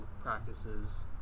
practices